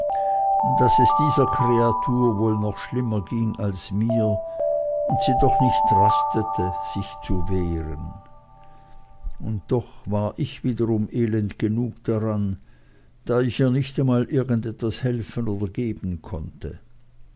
daß es dieser kreatur wohl noch schlimmer ging als mir und sie doch nicht rastete sich zu wehren und doch war ich wiederum elend genug daran da ich ihr nicht einmal irgend etwas helfen oder geben konnte